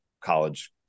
college